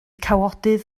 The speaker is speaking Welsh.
cawodydd